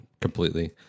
completely